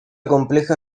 compleja